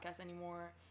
anymore